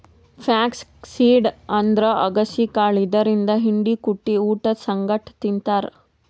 flax seed ಅಂದ್ರ ಅಗಸಿ ಕಾಳ್ ಇದರಿಂದ್ ಹಿಂಡಿ ಕುಟ್ಟಿ ಊಟದ್ ಸಂಗಟ್ ತಿಂತಾರ್